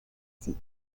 ses